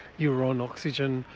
you were on oxygen,